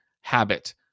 habit